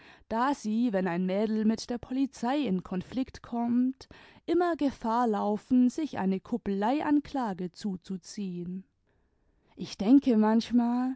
da sie wenn ein mädel mit der polizei in konflikt kommt immer gefahr laufen sich eine kuppeleianklage zuzuziehen ich denke manchmal